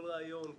כל רעיון,